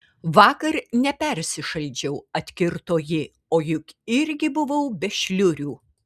vakar nepersišaldžiau atkirto ji o juk irgi buvau be šliurių